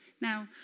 now